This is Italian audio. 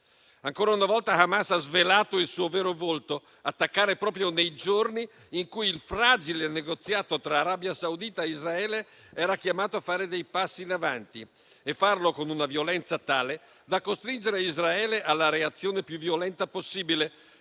Ancora una volta Hamas ha svelato il suo vero volto: attaccare proprio nei giorni in cui il fragile negoziato tra Arabia Saudita e Israele era chiamato a fare dei passi in avanti e farlo con una violenza tale da costringere Israele alla reazione più violenta possibile,